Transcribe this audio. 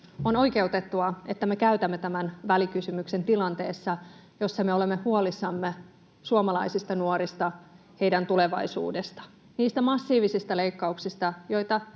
On oikeutettua, että me käytämme tämän välikysymyksen tilanteessa, jossa me olemme huolissamme suomalaisista nuorista, heidän tulevaisuudestaan, niistä massiivisista leikkauksista, joita